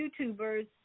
YouTubers